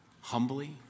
humbly